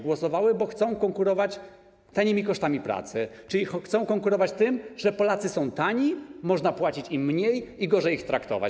Głosowały tak, bo chcą konkurować tanimi kosztami pracy, czyli chcą konkurować tym, że Polacy są tani, można płacić im mniej i gorzej ich traktować.